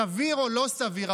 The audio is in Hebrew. סביר או לא סביר,